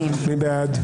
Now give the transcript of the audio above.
נפל.